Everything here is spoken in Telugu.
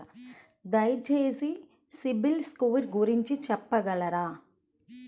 దయచేసి సిబిల్ స్కోర్ గురించి చెప్పగలరా?